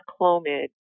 Clomid